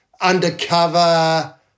undercover